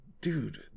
dude